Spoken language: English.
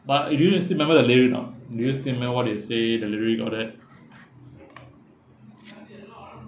but if you still remember the lyric or not do you still remember what they say the lyric all that